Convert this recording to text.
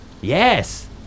Yes